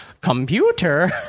computer